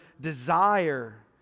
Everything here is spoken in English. desire